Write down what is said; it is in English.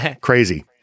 crazy